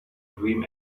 dream